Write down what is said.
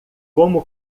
como